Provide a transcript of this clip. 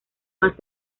más